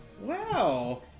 Wow